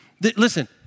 Listen